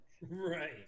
Right